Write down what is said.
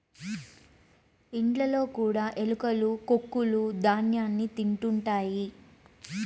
ఇండ్లలో కూడా ఎలుకలు కొక్కులూ ధ్యాన్యాన్ని తింటుంటాయి